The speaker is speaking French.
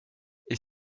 est